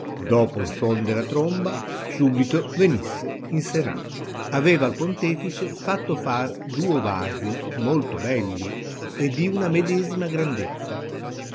dopo il suoi della tromba subito venisse in senato aveva il pontefice fatto far duo vasi molto belli e di una medesima grandezza